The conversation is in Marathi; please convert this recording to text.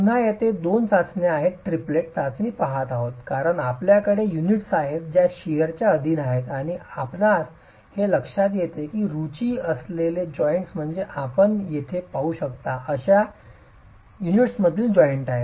पुन्हा येथे दोन चाचण्या आहेत ट्रीपलेट चाचणी पहात होते कारण आपल्याकडे युनिट्स आहेत ज्या शिअरच्या अधीन आहेत आणि आपणास हे लक्षात येते की रुची असलेले जॉइंट म्हणजे आपण येथे पाहू शकता अशा युनिट्समधील जॉइंट आहे